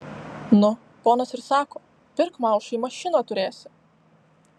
nu ponas ir sako pirk maušai mašiną turėsi